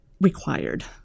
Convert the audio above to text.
required